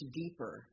deeper